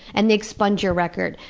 and they expunge your record,